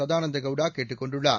சதானந்த கவுடா கேட்டுக் கொண்டுள்ளார்